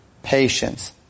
Patience